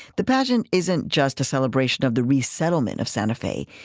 the pageant isn't just a celebration of the resettlement of santa fe.